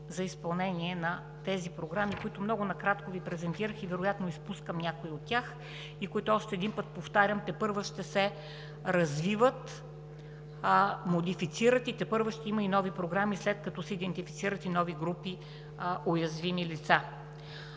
за изпълнение на тези програми, които много накратко Ви презентирах, вероятно изпускам някоя от тях, и които, още един път повтарям, тепърва ще се развиват, модифицират, ще има и нови програми, след като се идентифицират, и нови групи уязвими лица.